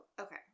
Okay